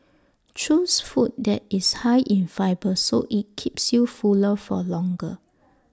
choose food that is high in fibre so IT keeps you fuller for longer